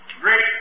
great